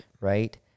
Right